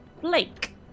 Blake